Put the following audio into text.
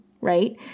right